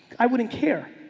i wouldn't care.